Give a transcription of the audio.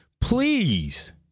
please